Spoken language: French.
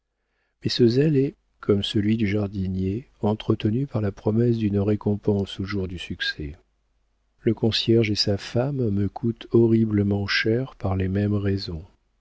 mais ce zèle est comme celui du jardinier entretenu par la promesse d'une récompense au jour du succès le concierge et sa femme me coûtent horriblement cher par les mêmes raisons